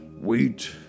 Wheat